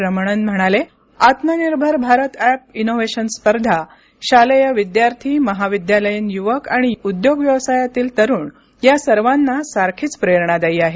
रमणन म्हणाले आत्मनिर्भर Bharat app innovation स्पर्धा शालेय विद्यार्थी महाविद्यालयीन युवक आणि उद्योग व्यवसायातील तरुण या सर्वांना सारखीच प्रेरणादायी आहे